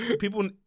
people